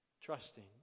trusting